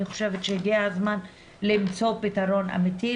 אני חושבת שהגיע הזמן למצוא פתרון אמתי